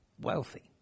wealthy